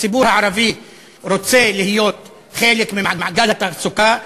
הציבור הערבי רוצה להיות חלק ממעגל התעסוקה,